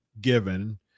given